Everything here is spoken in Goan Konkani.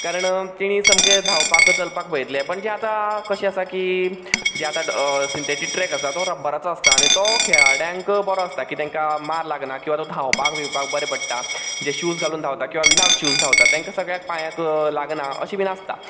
कारण तेणीं सामकें धांवपाक चलपाक वयतले पण तें आतां कशें आसा की जे आतां कशें आसा की जे आतां सिंथेथीक ट्रॅक आसाता तो रब्बराचो आसता आनी तो खेळाड्यांक बरो आसता की तेंकां मार लागना किंवां तो धांवपाक बिवपाक बरें पडटा जे शूज घालून धांवता किंवां विथाउट शूज धांवता तेंकां सगळ्यांक पांयांक लागना अशें बीन आसता